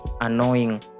annoying